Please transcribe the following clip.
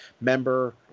member